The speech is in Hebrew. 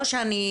לא שאני,